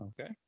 okay